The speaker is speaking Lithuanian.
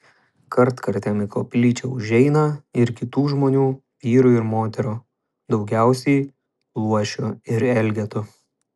kartkartėm į koplyčią užeina ir kitų žmonių vyrų ir moterų daugiausiai luošių ir elgetų